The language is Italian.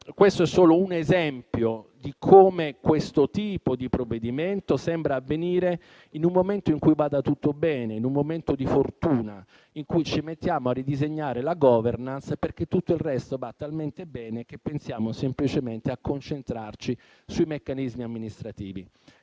Ministro, è solo un esempio di come questo tipo di provvedimento sembra cadere in un momento in cui va tutto bene, in un momento di fortuna in cui ci mettiamo a ridisegnare la *governance* perché tutto il resto va talmente bene che pensiamo semplicemente a concentrarci sui meccanismi amministrativi.